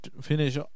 finish